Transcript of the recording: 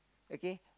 okay